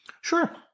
Sure